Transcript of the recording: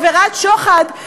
עבירת שוחד,